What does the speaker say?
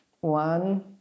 one